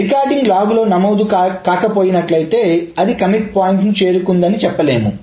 recording log లో నమోదు కాకపోయినట్లయితే అది కమిట్ పాయింట్ ను చేరుకుందని చెప్పలేము